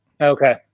Okay